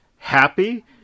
Happy